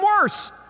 worse